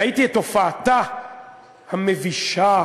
ראיתי את הופעתה המבישה,